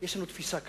יש לנו תפיסה כזאת.